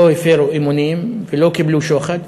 לא הפרו אמונים ולא קיבלו שוחד,